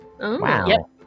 wow